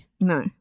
No